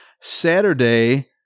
Saturday